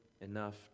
enough